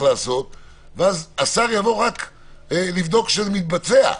לעשות ואז השר יבוא רק לבדוק שזה מתבצע.